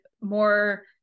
more